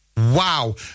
Wow